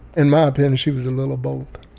in my opinion, she was a little of both